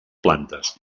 plantes